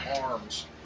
arms